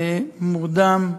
מורדם,